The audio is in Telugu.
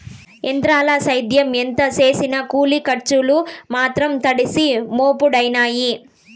ఎంత్రాల సేద్యం ఎంత సేసినా కూలి కర్సులు మాత్రం తడిసి మోపుడయినాయి